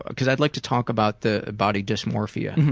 cause i'd like to talk about the body dysmorphia.